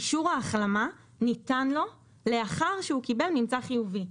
אישור ההחלמה ניתן לו לאחר שהוא קיבל ממצא חיובי.